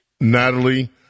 Natalie